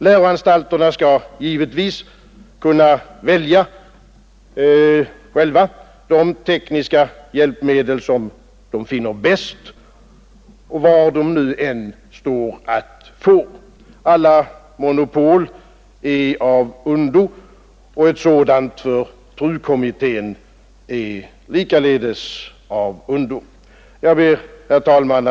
Läroanstalterna skall givetvis själva kunna välja de tekniska hjälpmedel som de finner bäst, var dessa än står att få. Alla monopol är av ondo, och ett monopol för TRU-kommittén är likaledes av ondo. Herr talman!